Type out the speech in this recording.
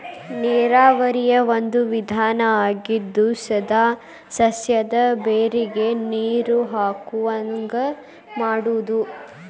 ನೇರಾವರಿಯ ಒಂದು ವಿಧಾನಾ ಆಗಿದ್ದು ಸೇದಾ ಸಸ್ಯದ ಬೇರಿಗೆ ನೇರು ಹೊಗುವಂಗ ಮಾಡುದು